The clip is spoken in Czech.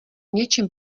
něčem